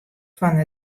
fan